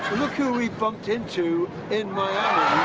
look who we buped into in miami.